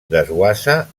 desguassa